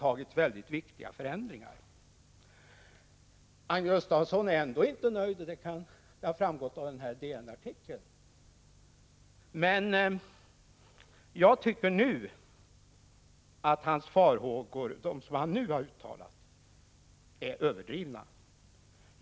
Agne Gustafsson är ändå inte nöjd — det har framgått av den åberopade DN-artikeln. Men jag tycker att de farhågor som han nu har uttalat är överdrivna.